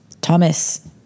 Thomas